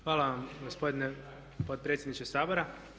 Hvala vam gospodine potpredsjedniče Sabora.